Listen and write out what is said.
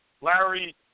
Larry